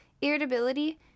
Irritability